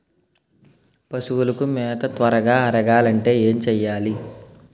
పశువులకు మేత త్వరగా అరగాలి అంటే ఏంటి చేయాలి?